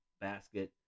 basket